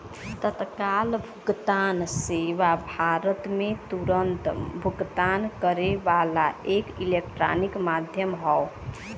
तत्काल भुगतान सेवा भारत में तुरन्त भुगतान करे वाला एक इलेक्ट्रॉनिक माध्यम हौ